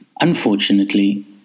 Unfortunately